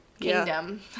kingdom